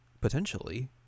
Potentially